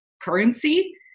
currency